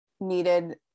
needed